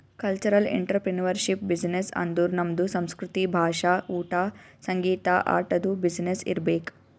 cultural entrepreneurship business ಅಂದುರ್ ನಮ್ದು ಸಂಸ್ಕೃತಿ, ಭಾಷಾ, ಊಟಾ, ಸಂಗೀತ, ಆಟದು ಬಿಸಿನ್ನೆಸ್ ಇರ್ಬೇಕ್